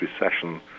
recession